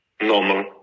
normal